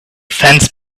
fence